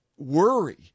Worry